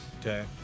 Okay